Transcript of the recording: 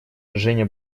женя